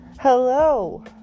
Hello